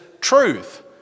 truth